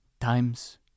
times